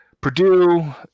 Purdue